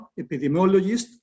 epidemiologist